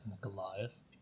Goliath